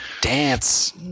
Dance